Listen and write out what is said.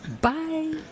Bye